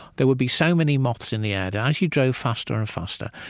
there would be so many moths in the air that as you drove faster and faster,